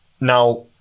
Now